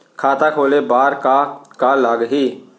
खाता खोले बार का का लागही?